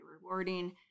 rewarding